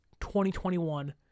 2021